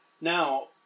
Now